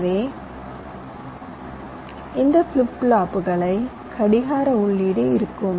எனவே இந்த ஃபிளிப் ஃப்ளாப்பைக்கு கடிகார உள்ளீடு இருக்கும்